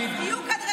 יהיו כאן רשימות,